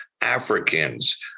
Africans